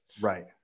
Right